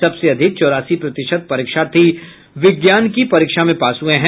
सबसे अधिक चौरासी प्रतिशत परीक्षार्थी विज्ञान की परीक्षा में पास हुए हैं